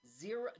Zero